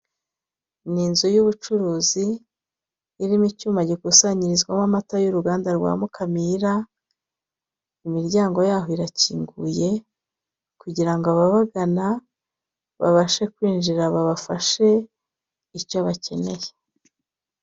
Ni inzu y'ubucuruzi irimo icyuma gikusanyirizwaho amata y'uruganda rwa Mukamira, imiryango yaho irakinguye, kugira ngo ababagana babashe kwinjira babafashe icyo bakeneye.